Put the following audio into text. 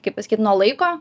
kaip pasakyt nuo laiko